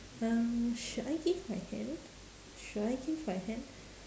um should I give my hand should I give my hand